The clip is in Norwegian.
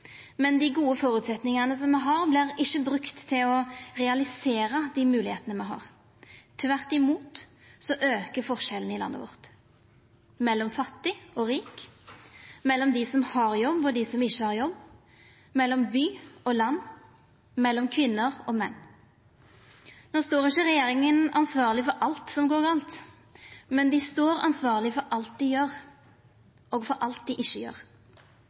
Men dei gode føresetnadane som me har, vert ikkje brukte til å realisera dei moglegheitene me har. Tvert imot aukar forskjellane i landet vårt – mellom fattig og rik, mellom dei som har jobb, og dei som ikkje har jobb, mellom by og land, mellom kvinner og menn. No står ikkje regjeringa ansvarleg for alt som går gale, men dei står ansvarleg for alt dei gjer og for alt dei ikkje gjer.